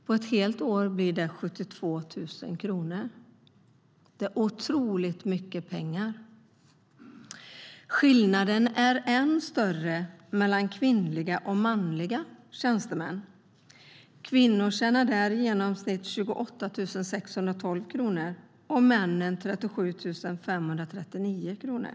På ett helt år blir det mer än 70 000 kronor. Det är otroligt mycket pengar. Skillnaden är än större mellan kvinnliga och manliga tjänstemän. Kvinnor tjänar i genomsnitt 28 612 kronor och män 37 539 kronor.